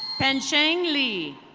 benshang lee.